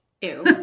Ew